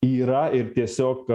yra ir tiesiog